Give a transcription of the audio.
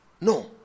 no